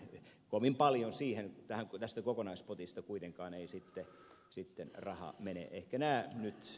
kovin paljon tästä kokonaispotista kuitenkaan ei sitten rahaa mene